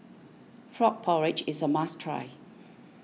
Frog Porridge is a must try